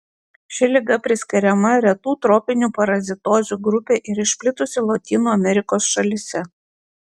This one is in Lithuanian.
ši liga priskiriama retų tropinių parazitozių grupei ir išplitusi lotynų amerikos šalyse